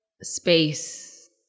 space